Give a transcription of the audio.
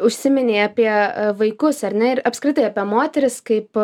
užsiminei apie vaikus ar ne ir apskritai apie moteris kaip